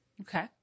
Okay